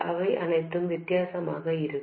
அவை அனைத்தும் வித்தியாசமாக இருக்கும்